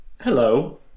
hello